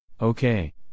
Okay